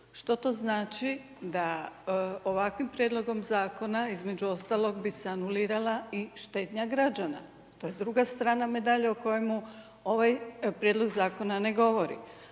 Što to znači da ovakvim prijedlogom zakona između ostalog bi se anulirala i štednja građana. To je druga strana medalje o kojemu ovaj prijedlog zakona ne govori.